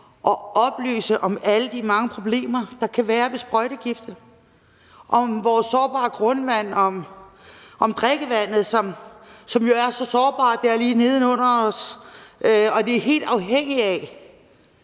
at oplyse om alle de mange problemer, der kan være ved sprøjtegifte, om vores sårbare grundvand, om drikkevandet lige neden under os, som jo er så sårbart,